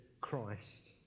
Christ